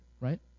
right